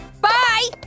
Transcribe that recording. Bye